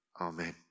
Amen